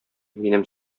минем